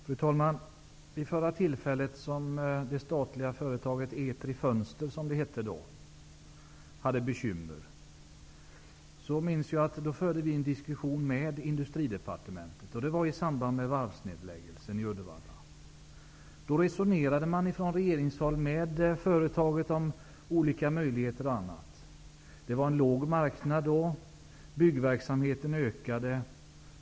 Fru talman! Vid förra tillfället som det statliga företaget Etri Fönster, som det hette då, hade bekymmer minns jag att vi förde en diskussion med Industridepartementet. Det var i samband med varvsnedläggelsen i Uddevalla. Då resonerade regeringen med företaget om olika möjligheter. Det var en låg marknad då, men byggverksamheten ökade.